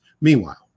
Meanwhile